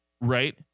right